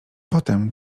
potem